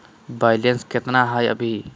Balance केतना हय अभी?